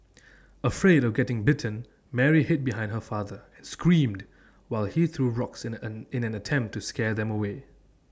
afraid of getting bitten Mary hid behind her father and screamed while he threw rocks and an in an attempt to scare them away